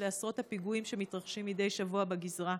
לעשרות הפיגועים שמתרחשים מדי שבוע בגזרה,